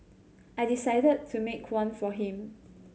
I decided to make one for him